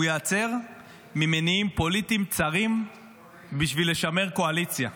הוא ייעצר ממניעים פוליטיים צרים בשביל לשמר קואליציה.